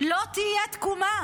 לא תהיה תקומה.